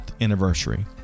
anniversary